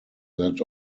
that